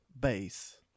base